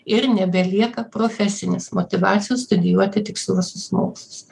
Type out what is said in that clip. ir nebelieka profesinės motyvacijos studijuoti tiksliuosius mokslus